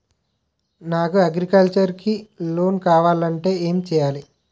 నాకు అగ్రికల్చర్ కి లోన్ కావాలంటే ఏం చేయాలి?